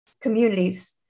communities